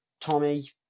Tommy